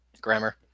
Grammar